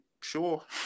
sure